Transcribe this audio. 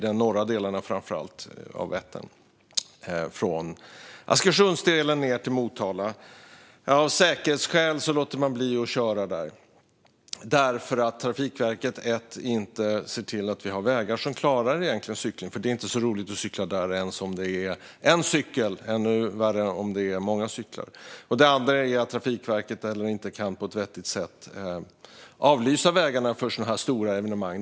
Det gäller framför allt i de norra delarna, från Askersundsdelen ned till Motala. Av säkerhetsskäl låter man bli att köra där, och det beror på att Trafikverket för det första inte ser till att vi har vägar som klarar cykling. Det är inte så roligt att cykla där ens om det är en enda cykel, och ännu värre är det om det är många cyklar. För det andra kan inte Trafikverket avlysa vägarna på ett vettigt sätt för sådana här stora evenemang.